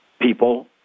people